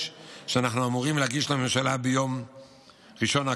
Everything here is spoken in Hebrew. שאנחנו אמורים להגיש לממשלה ביום ראשון הקרוב,